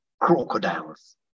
crocodiles